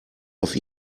auf